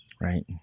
Right